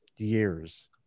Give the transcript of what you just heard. years